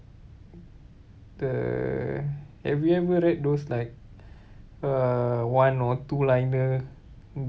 the have you ever read those like uh one or two liner